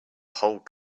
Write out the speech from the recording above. whole